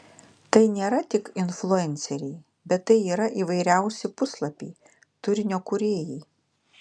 tai nėra tik influenceriai bet tai yra įvairiausi puslapiai turinio kūrėjai